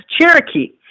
Cherokee